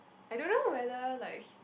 I don't know whether like